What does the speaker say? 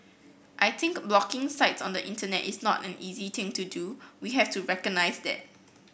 I think blocking sites on the Internet is not an easy thing to do we have to recognise that